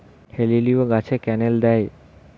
হেলিলিও গাছে ক্যানেল দেয়?